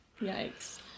Yikes